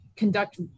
conduct